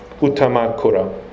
utamakura